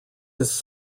his